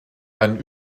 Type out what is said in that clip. einen